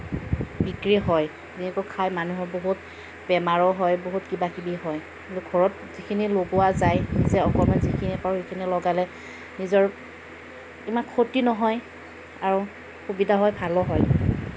বিক্ৰী হয় যিবোৰ খাই মানুহৰ বহুত বেমাৰো হয় বহুত কিবা কিবি হয় ঘৰত যিখিনি লগোৱা যায় যে অকণমান যিখিনি পাৰোঁ সেইখিনি লগালে নিজৰ ইমান ক্ষতি নহয় আৰু সুবিধা হয় ভালোঁ হয়